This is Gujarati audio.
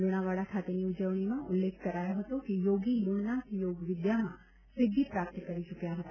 લુણાવાડા ખાતેની ઉજવણીમાં ઉલ્લેખ કરાયો હતો કે યોગી લુણનાથ યોગ વિદ્યામાં સિધ્ધિ પ્રાપ્ત કરી ચુકયા હતા